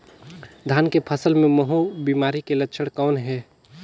धान के फसल मे महू बिमारी के लक्षण कौन हे?